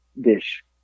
dish